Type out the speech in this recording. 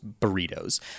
burritos